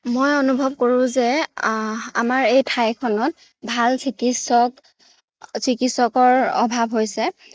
মই অনুভৱ কৰোঁ যে আমাৰ এই ঠাইখনত ভাল চিকিৎসক চিকিৎসকৰ অভাৱ হৈছে